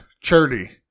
charity